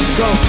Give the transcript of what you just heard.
go